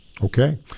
Okay